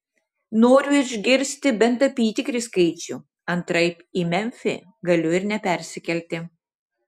noriu išgirsti bent apytikrį skaičių antraip į memfį galiu ir nepersikelti